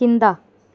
కింద